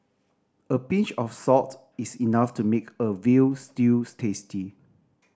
a pinch of salt is enough to make a veal stews tasty